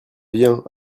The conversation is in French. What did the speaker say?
viens